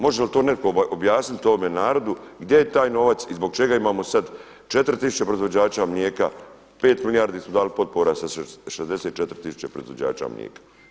Može li to netko objasniti ovome narodu gdje je taj novac i zbog čega imamo sada 4 tisuće proizvođača mlijeka, pet milijardi smo dali potpora za 64 tisuće proizvođača mlijeka.